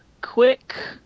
Quick